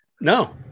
No